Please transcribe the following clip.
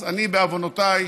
אז אני, בעוונותיי,